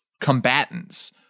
combatants